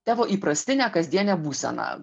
tavo įprastinę kasdienę būseną